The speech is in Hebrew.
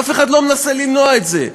אף אחד לא מנסה למנוע את זה.